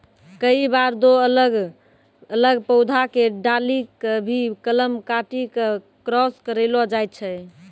कई बार दो अलग अलग पौधा के डाली कॅ भी कलम काटी क क्रास करैलो जाय छै